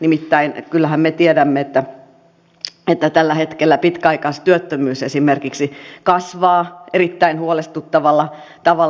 nimittäin kyllähän me tiedämme että tällä hetkellä pitkäaikaistyöttömyys esimerkiksi kasvaa erittäin huolestuttavalla tavalla